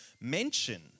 mention